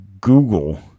Google